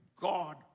God